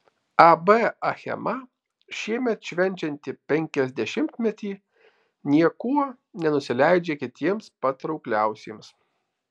ab achema šiemet švenčianti penkiasdešimtmetį niekuo nenusileidžia kitiems patraukliausiems